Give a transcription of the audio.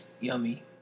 yummy